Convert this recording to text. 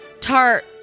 tart